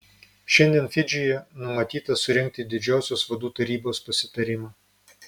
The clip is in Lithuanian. šiandien fidžyje numatyta surengti didžiosios vadų tarybos pasitarimą